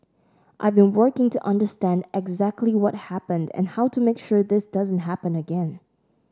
I've been working to understand exactly what happened and how to make sure this doesn't happen again